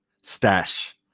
stash